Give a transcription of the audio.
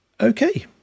Okay